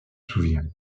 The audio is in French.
souvient